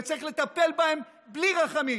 וצריך לטפל בהם בלי רחמים.